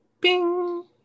bing